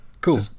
cool